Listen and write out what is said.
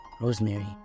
Rosemary